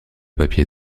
papier